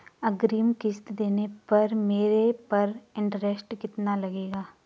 अग्रिम किश्त देने पर मेरे पर इंट्रेस्ट कितना लगेगा?